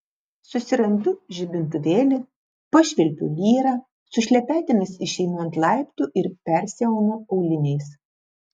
susirandu žibintuvėlį pašvilpiu lyrą su šlepetėmis išeinu ant laiptų ir persiaunu auliniais